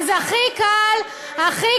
אז הכי קל --- תתפטרי, תתפטרי.